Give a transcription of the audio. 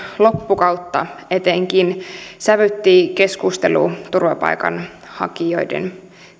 loppukautta etenkin sävytti keskustelu turvapaikanhakijoiden